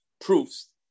proofs